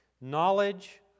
Knowledge